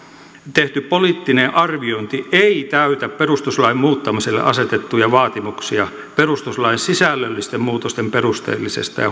tehty poliittinen arviointi ei ei täytä perustuslain muuttamiselle asetettuja vaatimuksia perustuslain sisällöllisten muutosten perusteellisesta ja